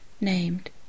named